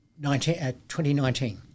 2019